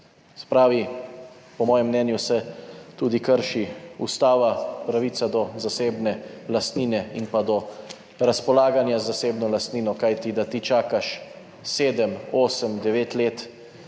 pravi, po mojem mnenju se tudi krši ustava, pravica do zasebne lastnine in do razpolaganja z zasebno lastnino. Kajti da ti čakaš sedem, osem, devet let,